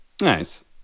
Nice